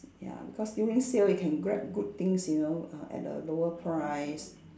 ya because during sale you can grab good things you know uh at a lower price